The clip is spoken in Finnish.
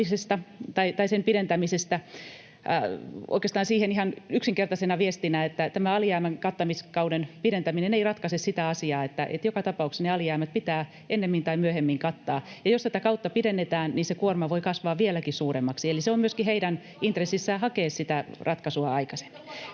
tai sen pidentämisestä. Oikeastaan siihen ihan yksinkertaisena viestinä, että tämä alijäämän kattamiskauden pidentäminen ei ratkaise sitä asiaa, että joka tapauksessa ne alijäämät pitää ennemmin tai myöhemmin kattaa. Jos tätä kautta pidennetään, niin se kuorma voi kasvaa vieläkin suuremmaksi, eli se on myöskin heidän intressissään hakea sitä ratkaisua aikaisemmin.